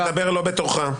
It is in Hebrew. אתה מדבר לא בתורך.